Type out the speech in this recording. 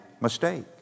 mistake